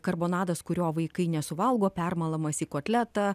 karbonadas kurio vaikai nesuvalgo permalamas į kotletą